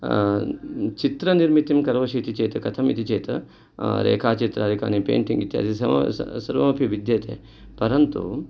चित्रनिर्मितिं करोषि इति चेत् कथम् इति चेत् रेखाचित्राणि कानि पेण्टिङ्ग् इत्यादि सर्वमपि विद्यते परन्तु